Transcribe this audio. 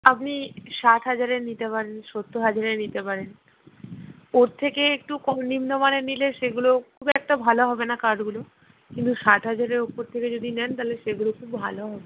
আপনি ষাট হাজারের নিতে পারেন সত্তর হাজারের নিতে পারেন ওর থেকে একটু কম নিম্নমানের নিলে সেগুলো খুব একটা ভালো হবে না কাঠগুলো কিন্তু ষাট হাজারের ওপর থেকে যদি নেন তাহলে সেগুলো খুব ভালো হবে